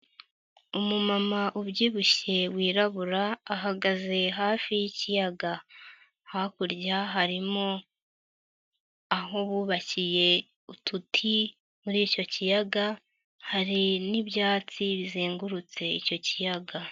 Umumama ubyibushye wirabura, ahagaze hafi y'ikiyaga, hakurya harimo aho bubakiye uduti muri icyo kiyaga, hari n'ibyatsi bizengurutse icyo kiyaga.